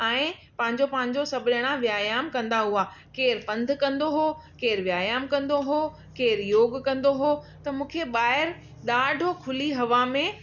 ऐं पंहिंजो पंहिंजो सभु ॼणा व्यायाम कंदा हुआ केर पंध कंदो हुओ केरु व्यायाम कंदो हुओ केरु योग कंदो हुओ त मूंखे ॿाहिरि ॾाढो खुली हवा में